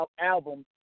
album